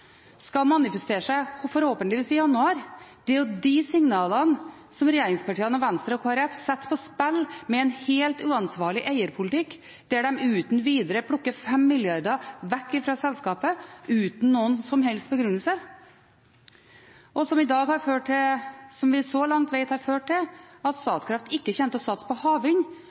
skal manifestere seg, forhåpentligvis i januar. Det er de signalene regjeringspartiene og Venstre og Kristelig Folkeparti setter på spill med en helt uansvarlig eierpolitikk, der de uten videre plukker 5 mrd. kr vekk fra selskapet uten noen som helst begrunnelse – noe vi så langt vet har ført til